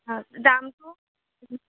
হয় দামটো